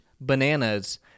bananas